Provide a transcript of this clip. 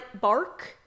Bark